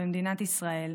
במדינת ישראל.